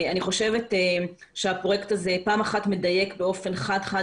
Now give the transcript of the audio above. אני חושבת שהפרויקט הזה מדייק באופן חד חד